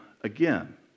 again